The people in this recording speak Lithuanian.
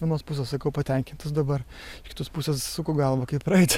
vienos pusės sakau patenkintas dabar kitos pusės suku galvą kaip praeit